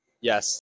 Yes